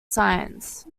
science